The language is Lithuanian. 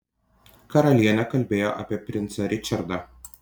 karalienė kalbėjo apie princą ričardą